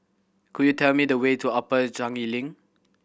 could you tell me the way to Upper Changi Link